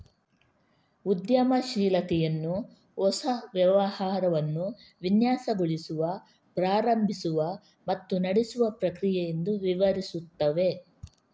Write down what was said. ಉದ್ಯಮಶೀಲತೆಯನ್ನು ಹೊಸ ವ್ಯವಹಾರವನ್ನು ವಿನ್ಯಾಸಗೊಳಿಸುವ, ಪ್ರಾರಂಭಿಸುವ ಮತ್ತು ನಡೆಸುವ ಪ್ರಕ್ರಿಯೆ ಎಂದು ವಿವರಿಸುತ್ತವೆ